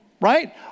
Right